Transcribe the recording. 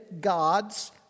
God's